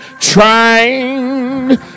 trying